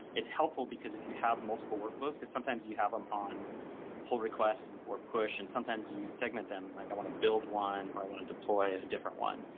it's helpful because if you have multiple workflows, because sometimes you have them on pull requests and or push, and sometimes you segment them, like i want to build one or i want to deploy a different one,